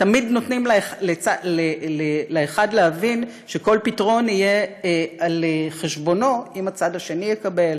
תמיד נותנים לאחד להבין שכל פתרון יהיה על חשבונו אם הצד השני יקבל,